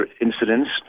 incidents